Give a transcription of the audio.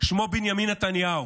שמו בנימין נתניהו.